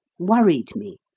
worried me,